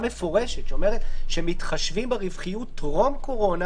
מפורשת שמתחשבים ברווחיות טרום הקורונה.